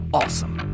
awesome